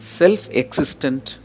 self-existent